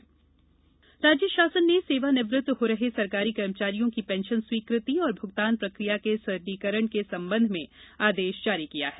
pension सरलीकरण राज्य शासन ने सेवा निवृत्त हो रहे सरकारी कर्मचारियों की पेंशन स्वीकृति और भुगतान प्रक्रिया के सरलीकरण के संबंध में आदेश जारी किया है